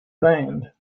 banned